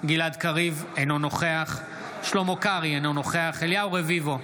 אינו נוכח שלמה קרעי, אינו נוכח אליהו רביבו,